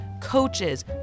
Coaches